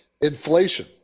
inflation